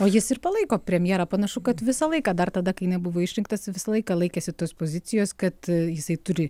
o jis ir palaiko premjerą panašu kad visą laiką dar tada kai nebuvo išrinktas visą laiką laikėsi tos pozicijos kad jisai turi